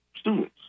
students